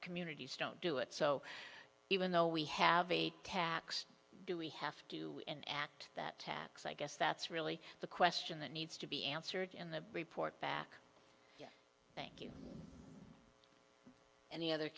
communities don't do it so even though we have a tax do we have to and act that tax i guess that's really the question that needs to be answered in the report back thank you and the